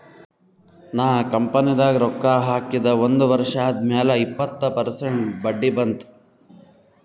ನಾ ಕಂಪನಿದಾಗ್ ರೊಕ್ಕಾ ಹಾಕಿದ ಒಂದ್ ವರ್ಷ ಆದ್ಮ್ಯಾಲ ಇಪ್ಪತ್ತ ಪರ್ಸೆಂಟ್ ಬಡ್ಡಿ ಬಂತ್